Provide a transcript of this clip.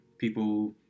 People